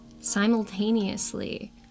simultaneously